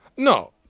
no.